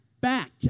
Back